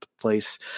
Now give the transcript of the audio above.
place